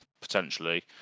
potentially